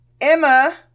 Emma